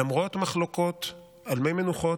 למרות מחלוקות, על מי מנוחות,